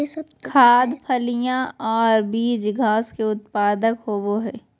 खाद्य, फलियां और बीज घास के उत्पाद होबो हइ